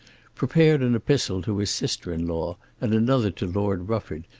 prepared an epistle to his sister-in-law and another to lord rufford,